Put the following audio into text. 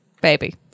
Baby